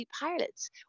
pilots